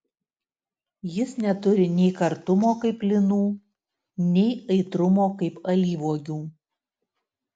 jis neturi nei kartumo kaip linų nei aitrumo kaip alyvuogių